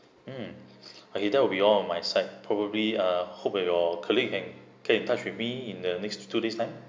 mm uh either it'll be all on my side probably uh hope it your colleague can can get in touch with me in the next two days night